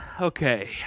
okay